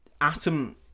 Atom